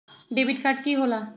Debit card की होला?